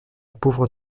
pauvre